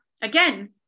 again